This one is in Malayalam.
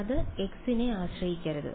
അത് x നെ ആശ്രയിക്കരുത്